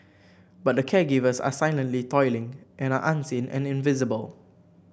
but the caregivers are silently toiling and are unseen and invisible